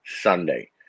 Sunday